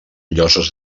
lloses